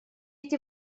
эти